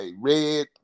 red